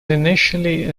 initially